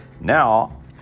now